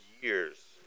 years